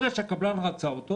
ברגע שהקבלן רצה אותו